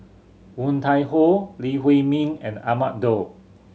Woon Tai Ho Lee Huei Min and Ahmad Daud